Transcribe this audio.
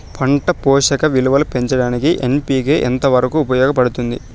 పంట పోషక విలువలు పెంచడానికి ఎన్.పి.కె ఎంత వరకు ఉపయోగపడుతుంది